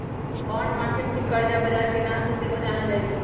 bond market के करजा बजार के नाम से सेहो जानल जाइ छइ